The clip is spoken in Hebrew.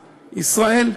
ישראל.